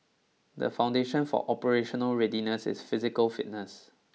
the foundation for operational readiness is physical fitness